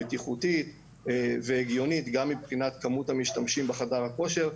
בטיחותית והגיונית גם מבחינת כמות המשתמשים בחדר הכושר.